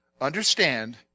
Understand